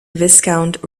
viscount